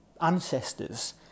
ancestors